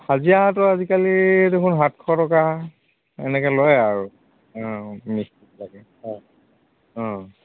হাজিৰাটো আজিকালি দেখোন সাতশ টকা এনেকৈ লয় আৰু অঁ মিস্ত্ৰীবিলাকে অঁ